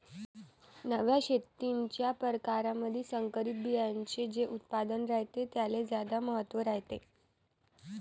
नव्या शेतीच्या परकारामंधी संकरित बियान्याचे जे उत्पादन रायते त्याले ज्यादा महत्त्व रायते